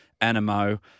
animo